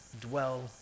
dwell